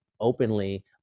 openly